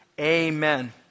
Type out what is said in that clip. amen